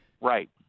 Right